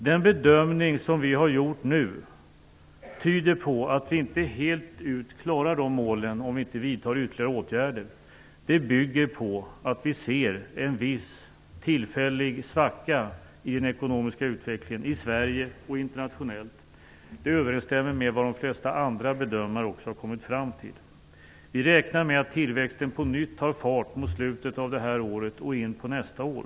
Den bedömning som vi har gjort nu tyder på att vi inte helt ut klarar dessa mål, om vi inte vidtar ytterligare åtgärder. Bedömningen bygger på att vi ser en viss, tillfällig svacka i den ekonomiska utvecklingen i Sverige och internationellt. Detta överensstämmer med vad de flesta andra bedömare också har kommit fram till. Vi räknar med att tillväxten på nytt tar fart mot slutet av det här året och in på nästa år.